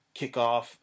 kickoff